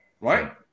right